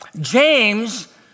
James